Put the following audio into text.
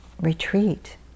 retreat